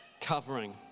covering